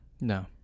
no